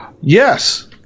Yes